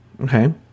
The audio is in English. Okay